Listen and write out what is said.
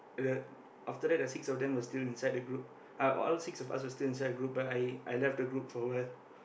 uh after that the six of them was still inside the group uh all six of us were still inside the group but I I left the group for awhile